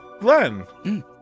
Glenn